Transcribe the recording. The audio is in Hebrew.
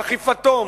אכיפתו מוצדקת.